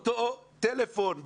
באותו טלפון,